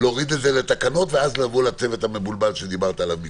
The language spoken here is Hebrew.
להוריד את זה לתקנות ואז לבוא לצוות המבולבל שדיברת עליו מקודם.